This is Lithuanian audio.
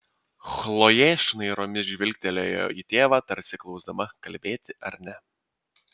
chlojė šnairomis žvilgtelėjo į tėvą tarsi klausdama kalbėti ar ne